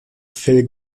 phil